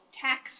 tax